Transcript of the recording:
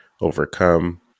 overcome